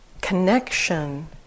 connection